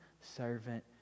servant